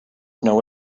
know